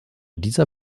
dieser